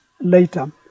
later